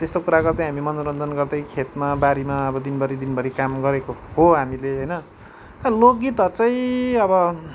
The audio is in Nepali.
अब यस्तो कुरा गर्दै हामी मनोरञ्जन गर्दै खेतमा बारीमा अब दिनभरि दिनभरि काम गरेको हो हामीले होइन लोकगीतहरू चाहिँ अब